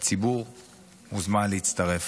והציבור מוזמן להצטרף.